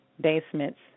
basements